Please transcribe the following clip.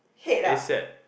ASap